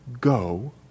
Go